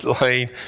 Lane